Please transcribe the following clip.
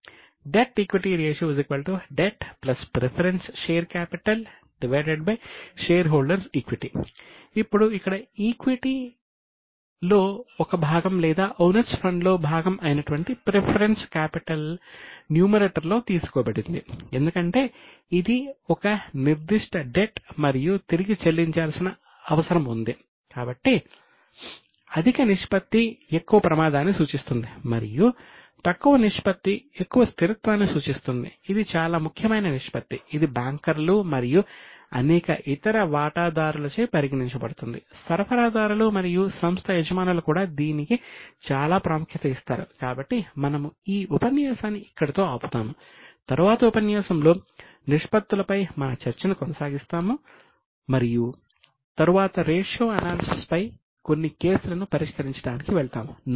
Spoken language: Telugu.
debt debt equity ratio shareholders equity ఇప్పుడు ఇక్కడ ఈక్విటీ పై కొన్ని కేసులను పరిష్కరించడానికి వెళ్తాము